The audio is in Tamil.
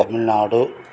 தமிழ்நாடு